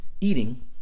eating